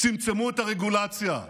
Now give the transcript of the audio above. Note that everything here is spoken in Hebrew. צמצמו את הרגולציה,